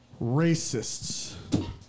Racists